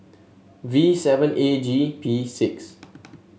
V seven A G P six